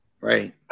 Right